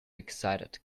excited